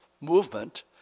movement